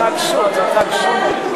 התרגשות, התרגשות.